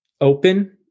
open